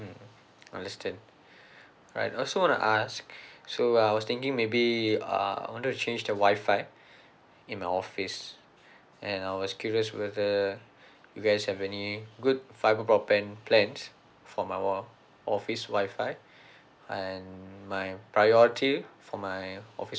mm understand I also want to ask so I was thinking maybe uh I wanted to change the wi-fi in my office and I was curious whether you guys have any good fibre broadband plans for my office office wi-fi and my priority for my office